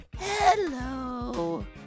Hello